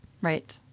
Right